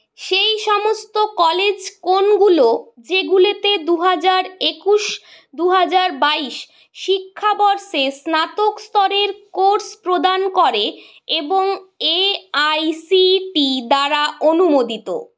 সেই সমস্ত কলেজ কোনগুলো যেগুলোতে দু হাজার একুশ দু হাজার বাইশ শিক্ষাবর্ষে স্নাতক স্তরের কোর্স প্রদান করে এবং A I C T E দ্বারা অনুমোদিত